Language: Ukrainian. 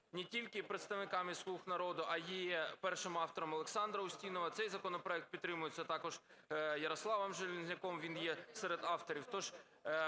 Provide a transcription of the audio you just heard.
не тільки представниками "слуг народу", а і першим автором Олександрою Устіновою. Цей законопроект підтримується також Ярославом Железняком, він є серед авторів.